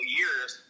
years